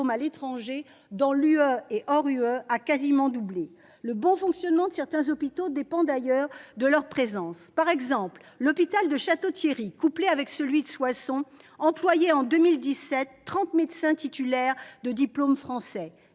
à l'étranger, dans l'Union européenne et hors de celle-ci, a quasiment doublé. Le bon fonctionnement de certains hôpitaux dépend d'ailleurs de leur présence. Par exemple, en 2017, l'hôpital de Château-Thierry, couplé avec celui de Soissons, employait 30 médecins titulaires de diplômes français,